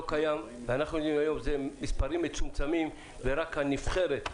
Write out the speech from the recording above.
קיים ואנחנו יודעים שזה מספרים מצומצמים וזה רק הנבחרת.